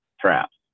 traps